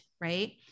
right